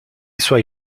suoi